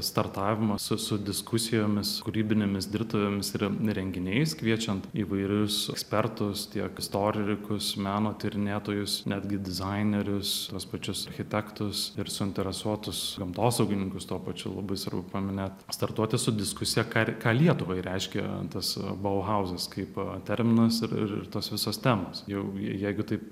startavimas su su diskusijomis kūrybinėmis dirbtuvėmis ir renginiais kviečiant įvairius ekspertus tiek istorikus meno tyrinėtojus netgi dizainerius tuos pačius architektus ir suinteresuotus gamtosaugininkus tuo pačiu labai svarbu paminėti startuoti sudriskusia ką ką lietuvai reiškia tas bohauzas kaip terminas ir ir tos visos temos jau jeigu taip